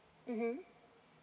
mmhmm